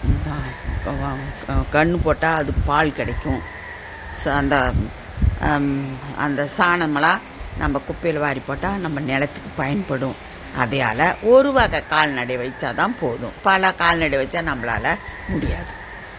கவா ஆ கன்று போட்டால் அதுக்கு பால் கிடைக்கும் ச அந்த அந்த சாணமெலாம் நம்ப குப்பையில் வாரி போட்டால் நம்ம நிலத்துக்கு பயன்படும் அதையால் ஒரு வகை கால்நடை வைச்சால் தான் போதும் பல கால்நடை வைச்சா நம்பளால் முடியாது